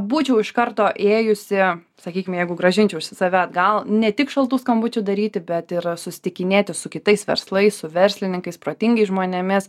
būčiau iš karto ėjusi sakykim jeigu grąžinčiausi save atgal ne tik šaltų skambučių daryti bet ir susitikinėti su kitais verslais su verslininkais protingais žmonėmis